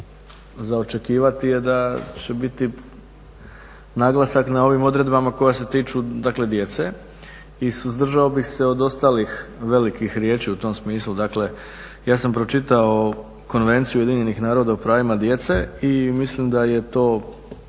za očekivati je da će biti naglasak na ovim odredbama koje se tiču, dakle djece i suzdržao bih se od ostalih velikih riječi u tom smislu. Dakle, ja sam pročitao Konvenciju ujedinjenih naroda o pravima djece i mislim da je to,